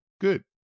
Good